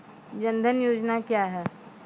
जन धन योजना क्या है?